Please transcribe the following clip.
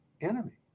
enemy